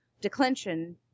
declension